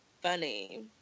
funny